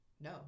no